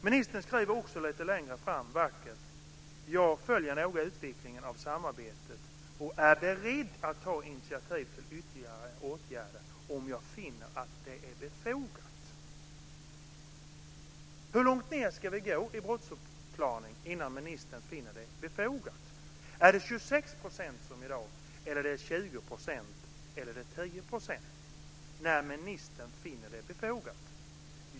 Ministern skriver också vackert att han noga följer utvecklingen av samarbetet och är beredd att ta initiativ till ytterligare åtgärder om han finner att det är befogat. Hur få procent av alla brott ska klaras upp innan ministern finner det befogat? Finner ministern det befogat vid en uppklarningsgrad på 26 %, som i dag, eller är det vid 20 eller 10 %?